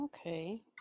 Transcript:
okay